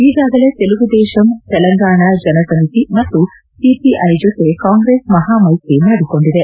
ಈಗಾಗಲೇ ತೆಲುಗುದೇಶಂ ತೆಲಂಗಾಣ ಜನ ಸಮಿತಿ ಮತ್ತು ಸಿಪಿಐ ಜತೆ ಕಾಂಗ್ರೆಸ್ ಮಹಾ ಮೈತ್ರಿ ಮಾಡಿಕೊಂಡಿದೆ